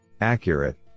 Accurate